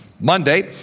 Monday